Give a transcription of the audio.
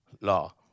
law